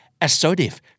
Assertive